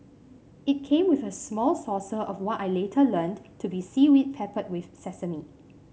it came with a small saucer of what I later learnt to be seaweed peppered with sesame